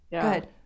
good